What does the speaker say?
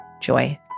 joy